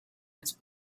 its